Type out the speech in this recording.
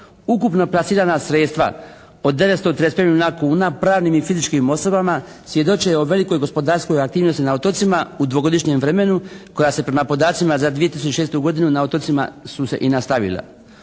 Ukupno plasirana sredstva od 935 milijuna kuna pravnim i fizičkim osobama svjedoče o velikoj gospodarskoj aktivnosti na otocima u dvogodišnjem vremenu koja se prema podacima za 2006. godinu na otocima su se i nastavila.